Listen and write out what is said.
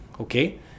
okay